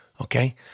okay